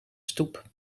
stoep